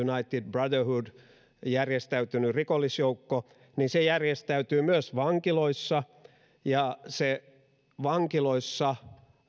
brotherhood järjestäytynyt rikollisjoukko järjestäytyy myös vankiloissa ja se vankiloissa